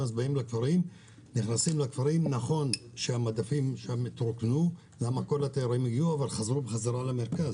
אז מגיעים לכפרים והמדפים התרוקנו כי כל התיירים הגיעו אבל חזרו למרכז.